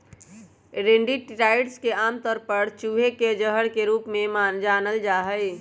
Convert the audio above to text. rodenticides के आमतौर पर चूहे के जहर के रूप में जानल जा हई